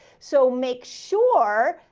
so make sure.